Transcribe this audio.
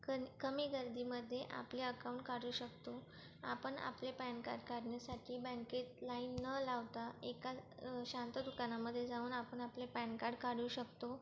कमी गर्दीमध्ये आपल्या अकाउंट काढू शकतो आपण आपले पॅन कार्ड काढण्यासाठी बँकेत लाईन न लावता एका शांत दुकानामध्ये जाऊन आपण आपले पॅन कार्ड काढू शकतो